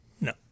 No